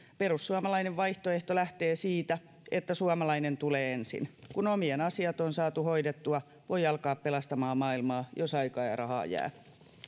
perussuomalainen vaihtoehto lähtee siitä että suomalainen tulee ensin kun omien asiat on saatu hoidettua voi alkaa pelastamaan maailmaa jos aikaa ja rahaa jää